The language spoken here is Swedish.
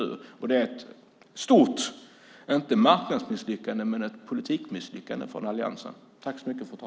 Detta är ett stort inte marknadsmisslyckande men väl politikmisslyckande från alliansens sida.